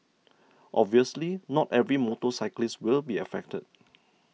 obviously not every motorcyclist will be affected